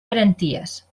garanties